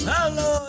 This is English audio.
Hello